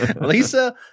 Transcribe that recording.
Lisa